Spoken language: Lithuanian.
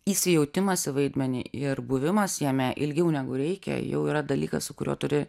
įsijautimas į vaidmenį ir buvimas jame ilgiau negu reikia jau yra dalykas su kuriuo turi